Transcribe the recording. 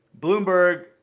Bloomberg